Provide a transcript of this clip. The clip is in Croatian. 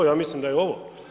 Ja mislim da je ovo.